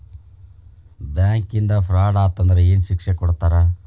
ಬ್ಯಾಂಕಿಂದಾ ಫ್ರಾಡ್ ಅತಂದ್ರ ಏನ್ ಶಿಕ್ಷೆ ಕೊಡ್ತಾರ್?